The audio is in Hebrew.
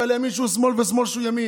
ועל ימין שהוא שמאל ושמאל שהוא ימין.